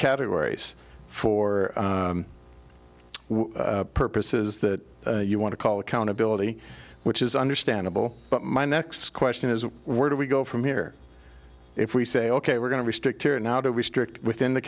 categories for purposes that you want to call accountability which is understandable but my next question is where do we go from here if we say ok we're going to restrict or now to restrict within the